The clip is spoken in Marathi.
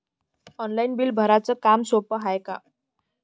ऑनलाईन बिल भराच काम सोपं हाय का?